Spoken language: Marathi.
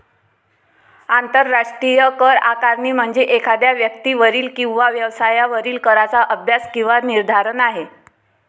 आंतरराष्ट्रीय करआकारणी म्हणजे एखाद्या व्यक्तीवरील किंवा व्यवसायावरील कराचा अभ्यास किंवा निर्धारण आहे